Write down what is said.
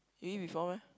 you eat before meh